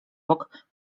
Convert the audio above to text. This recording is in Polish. bok